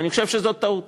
ואני חושב שזאת טעות.